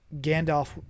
Gandalf